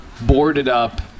boarded-up